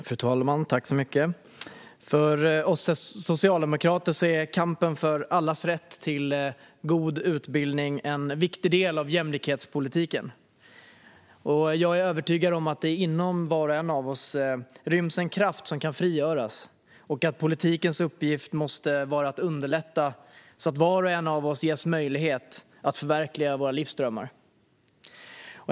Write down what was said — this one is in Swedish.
Fru talman! För oss socialdemokrater är kampen för allas rätt till god utbildning en viktig del av jämlikhetspolitiken. Jag är övertygad om att det inom var och en av oss ryms en kraft som kan frigöras och att politikens uppgift måste vara att underlätta, så att vi alla ges möjlighet att förverkliga våra livsdrömmar.